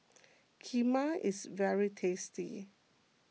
Kheema is very tasty